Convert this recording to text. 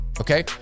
okay